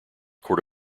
court